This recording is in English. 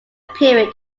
period